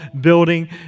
building